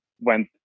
went